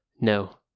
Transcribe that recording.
No